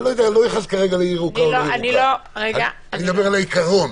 אני מדבר על העיקרון.